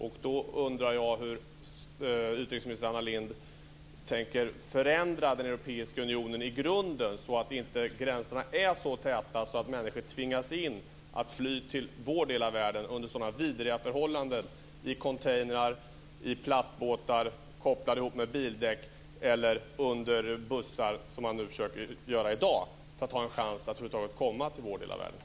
Jag undrar hur utrikesminister Anna Lindh tänker förändra Europeiska unionen i grunden, så att gränserna inte är så täta att människor tvingas fly till vår del av världen under så vidriga förhållanden, i containrar, i plastbåtar, ihopkopplade med bildäck, eller under bussar, som man försöker göra i dag för att ha en chans att över huvud taget komma till vår del av världen.